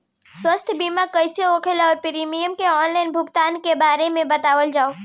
स्वास्थ्य बीमा कइसे होला और प्रीमियम के आनलाइन भुगतान के बारे में बतावल जाव?